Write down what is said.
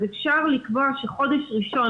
אז אפשר לקבוע שחודש ראשון,